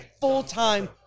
full-time